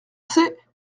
ses